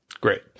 Great